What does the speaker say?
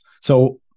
So-